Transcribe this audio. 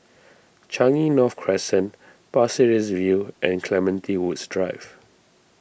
Changi North Crescent Pasir Ris View and Clementi Woods Drive